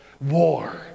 War